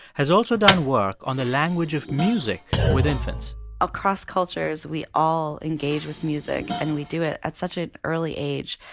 has also done work on the language of music with infants across cultures, we all engage with music, and we do it at such an early age,